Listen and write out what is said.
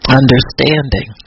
understanding